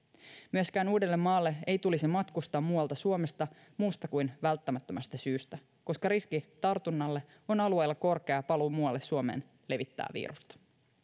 myöskään uudellemaalle ei tulisi matkustaa muualta suomesta muusta kuin välttämättömästä syystä koska riski tartunnalle on alueella korkea ja paluu muualle suomeen levittää virusta